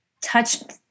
touched